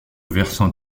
versant